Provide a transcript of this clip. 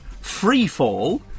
free-fall